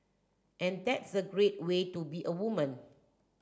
and that's a great way to be a woman